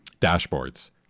dashboards